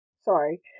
Sorry